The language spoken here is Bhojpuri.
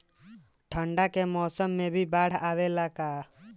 ठंडा के मौसम में भी बाढ़ आवेला का?